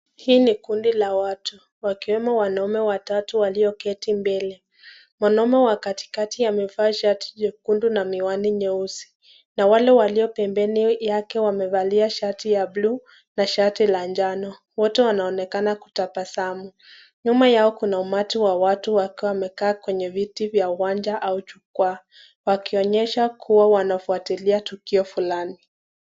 Hii ni kundi la watu, wakiwemo wanaume watatu walioketi mbele. Mwanaume wa katikati amevaa shati jekundu na miwani nyeusi na wale walio pembeni yake wamevalia shati ya blue na shati la njano. Wote wanaonekana kutabasamu. Nyuma yao kuna umati wa watu wakiwa wamekaa kwa viti vya uwanja au jukwaa, wakionyesha kuwa wanafuatilia tukio fulani.